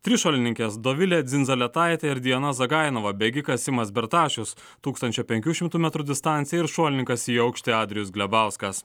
trišuolininkės dovilė dzindzaletaitė ir diana zagainova bėgikas simas bertašius tūkstančio penkių šimtų metrų distanciją ir šuolininkas į aukštį adrijus glebauskas